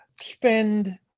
spend